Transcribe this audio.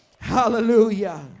Hallelujah